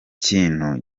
kintu